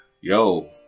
yo